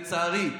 לצערי,